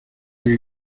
que